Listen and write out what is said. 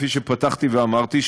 כפי שפתחתי ואמרתי,